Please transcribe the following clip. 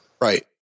Right